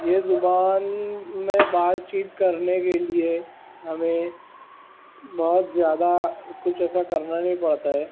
یہ زبان میں بات چیت کرنے کے لیے ہمیں بہت زیادہ کچھ ایسا کرنا نہیں پڑتا ہے